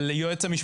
שלנו.